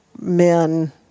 men